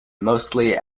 mostly